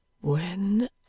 When